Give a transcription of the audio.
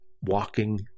Walking